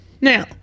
Now